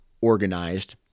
organized